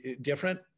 different